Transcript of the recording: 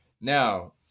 Now